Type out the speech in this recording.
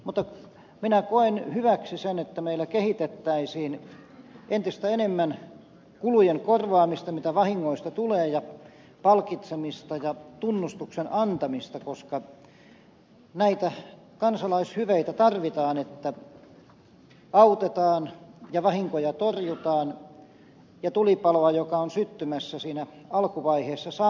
mutta minä koen hyväksi sen että meillä kehitettäisiin entistä enemmän kulujen korvaamista mitä vahingoista tulee ja palkitsemista ja tunnustuksen antamista koska näitä kansalaishyveitä tarvitaan että autetaan ja vahinkoja torjutaan ja tulipaloa joka on syttymässä siinä alkuvaiheessa sammutetaan